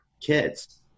kids